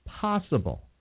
possible